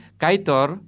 kaitor